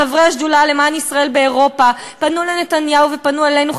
חברי השדולה למען ישראל באירופה פנו לנתניהו ופנו אלינו,